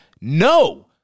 No